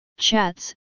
chats